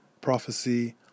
prophecy